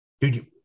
Dude